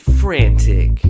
frantic